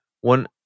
one